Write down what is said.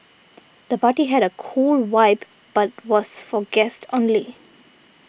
the party had a cool vibe but was for guests only